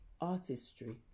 artistry